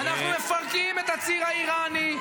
אנחנו מפרקים את הציר האיראני,